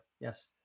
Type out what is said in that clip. Yes